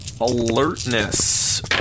Alertness